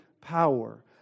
power